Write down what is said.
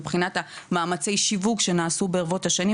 מבחינת מאמצי השיווק שנעשו ברבות השנים,